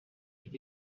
est